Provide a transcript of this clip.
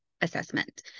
assessment